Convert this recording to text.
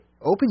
open